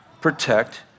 protect